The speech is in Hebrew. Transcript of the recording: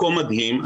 מקום מדהים.